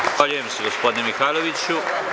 Zahvaljujem se gospodine Mihajloviću.